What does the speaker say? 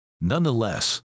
Nonetheless